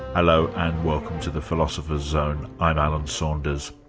hello, and welcome to the philosopher's zone, i'm alan saunders.